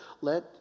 Let